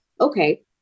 okay